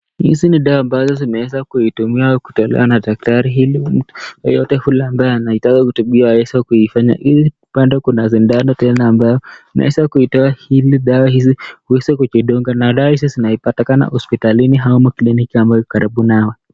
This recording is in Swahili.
Hizi ni dawa ambazo zimeweza kuitumiwa kutolewa na daktari, ili yoyote ambaye anataka kuitibiwa awese kuifanya inywe, bado kuna sindano ambayo unaeza kuipewa ili dawa hizi, uweze kujidunga, na dawa hizi zinaipatikana hospitalini hama kliniki ambayo iko karibu nawe.